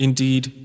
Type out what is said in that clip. Indeed